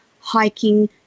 hiking